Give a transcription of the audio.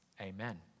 Amen